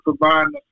providing